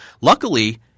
Luckily